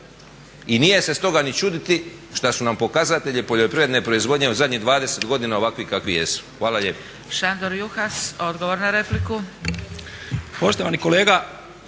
I nije se stoga ni čuditi što su nam pokazatelji poljoprivredne proizvodnje u zadnjih 20 godina ovakvih kakvi jesu. Hvala lijepo.